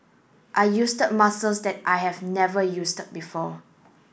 I muscles that I have never before